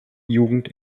jugend